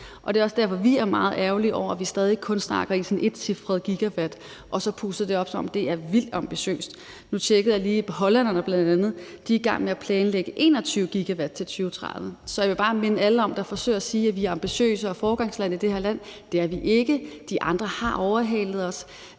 Det er også derfor, vi er meget ærgerlige over, at vi stadig kun snakker om etcifrede gigawattmængder og så puster det op, som om det er vildt ambitiøst. Nu tjekkede jeg lige bl.a. hollænderne, og de er i gang med at planlægge 21 GW i 2030. Så jeg vil bare minde alle, der forsøger at sige, at vi er ambitiøse og et foregangsland i det her land, om, at det er vi ikke. De andre har overhalet os.